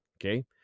okay